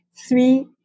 Three